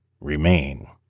remain